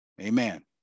Amen